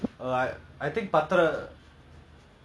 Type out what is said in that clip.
I think ah one of its one of the law is that right